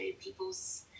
people's